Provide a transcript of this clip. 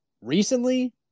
recently